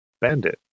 bandit